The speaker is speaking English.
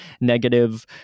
negative